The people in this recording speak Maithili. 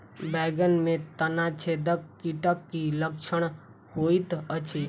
बैंगन मे तना छेदक कीटक की लक्षण होइत अछि?